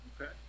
Okay